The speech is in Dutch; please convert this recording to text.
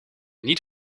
niet